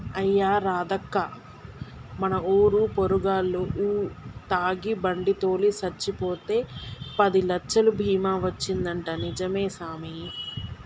అయ్యా రాదక్కా మన ఊరు పోరగాల్లు తాగి బండి తోలి సచ్చిపోతే పదిలచ్చలు బీమా వచ్చిందంటా నిజమే సామి